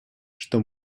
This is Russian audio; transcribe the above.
что